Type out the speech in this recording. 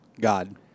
God